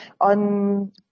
on